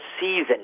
season